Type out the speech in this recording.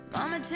Mama